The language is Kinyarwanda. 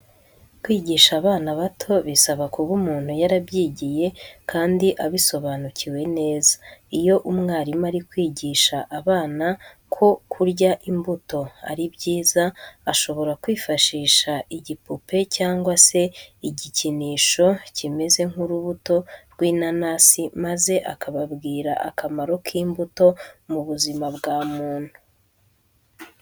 Kwigisha abana bato bisaba kuba umuntu yarabyigiye kandi abisobanukiwe neza. Iyo umwarimu ari kwigisha aba bana ko kurya imbuto ari byiza, ashobora kwifashisha igipupe cyangwa se igikinisho kimeze nk'urubuto rw'inanasi maze akababwira akamaro k'imbuto mu buzima bwa muntu.